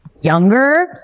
Younger